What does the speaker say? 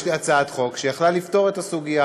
יש לי הצעת חוק שהייתה יכולה לפתור את הסוגיה,